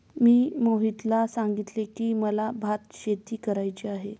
मी रोहितला सांगितले की, मला भातशेती करायची आहे